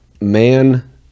man